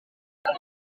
kuri